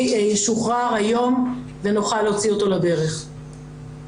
ישוחרר היום ונוכל להוציא אותו לדרך.